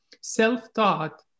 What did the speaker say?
self-taught